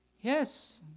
Yes